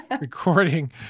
recording